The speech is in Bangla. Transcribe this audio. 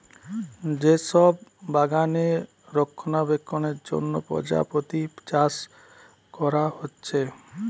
যে সব বাগানে রক্ষণাবেক্ষণের জন্যে প্রজাপতি চাষ কোরা হচ্ছে